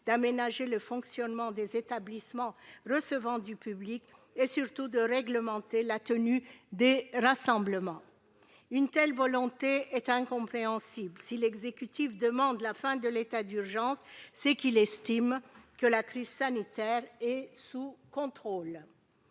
d'aménager le fonctionnement des établissements recevant du public et, surtout, de réglementer la tenue des rassemblements. Une telle volonté est incompréhensible ! Si l'exécutif demande la fin de l'état d'urgence, c'est qu'il estime que la crise sanitaire est sous contrôle.